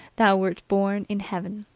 thou wert born in heaven!